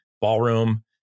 ballroom